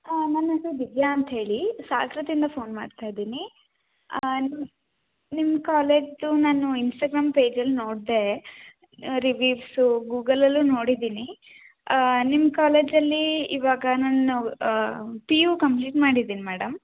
ಹಾಂ ನನ್ನೆಸರು ದಿವ್ಯಾ ಅಂತ ಹೇಳಿ ಸಾಗರದಿಂದ ಫೋನ್ ಮಾಡ್ತಾ ಇದ್ದೀನಿ ನಿಮ್ಮ ನಿಮ್ಮ ಕಾಲೇಜು ನಾನು ಇನ್ಸ್ಟಾಗ್ರಾಮ್ ಪೇಜಲ್ಲಿ ನೋಡಿದೆ ರಿವ್ಯೂವ್ಸು ಗೂಗಲಲ್ಲು ನೋಡಿದ್ದೀನಿ ನಿಮ್ಮ ಕಾಲೇಜಲ್ಲಿ ಇವಾಗ ನನ್ನ ಪಿ ಯು ಕಂಪ್ಲೀಟ್ ಮಾಡಿದ್ದೀನಿ ಮೇಡಮ್